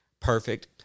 perfect